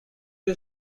you